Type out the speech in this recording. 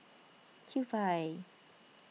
Kewpie